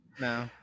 No